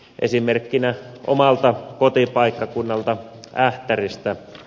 esimerkkinä omalta kotipaikkakunnaltani ähtäristä